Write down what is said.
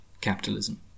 capitalism